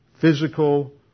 physical